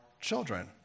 children